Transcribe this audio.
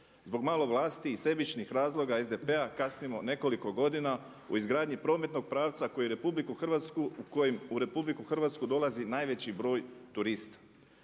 Zbog malo vlasti i sebičnih razloga SDP-a kasnimo nekoliko godina u izgradnji prometnog pravca koji RH, kojim u RH dolazi najveći broj turista.